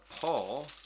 Paul